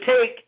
take